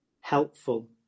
helpful